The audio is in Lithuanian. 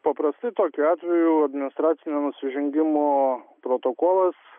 paprastai tokiu atveju administracinio nusižengimo protokolas